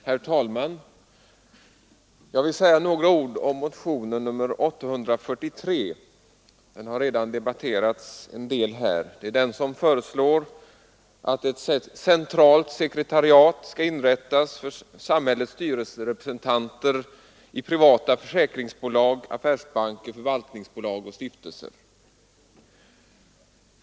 Herr talman! Jag vill säga några ord om motionen 843 — den har redan debatterats en del här. I den föreslås att ett centralt sekretariat skall inrättas för samhällets styrelserepresentanter i privata försäkringsbolag, affärsbanker, förvaltningsbolag och stiftelser.